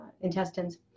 intestines